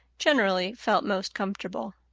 generally felt most comfortable.